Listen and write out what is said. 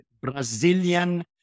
Brazilian